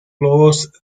closed